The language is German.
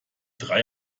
drei